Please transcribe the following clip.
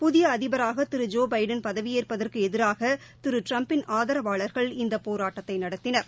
புதிய அதிபராக திரு ஜோ பைடன் பதவியேற்பதற்கு எதிராக திரு ட்டிரம்பின் ஆதரவாளர்கள் இந்த போராட்டத்தை நடத்தினர்